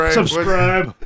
subscribe